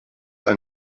ein